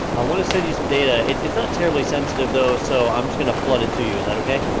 i wanna send you some data, it's it's not terribly sensitive though, so i'm just gonna flood it too you, is that okay?